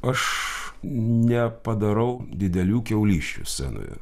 aš nepadarau didelių kiaulysčių scenoje